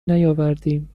نیاوردیم